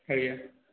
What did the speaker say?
ଆଜ୍ଞା